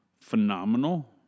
phenomenal